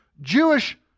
Jewish